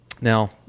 Now